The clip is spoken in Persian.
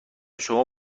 شما